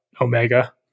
Omega